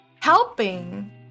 helping